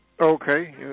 Okay